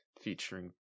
Featuring